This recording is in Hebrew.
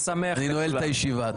אני נועל את הישיבה.